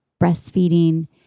breastfeeding